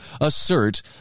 assert